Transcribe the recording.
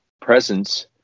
presence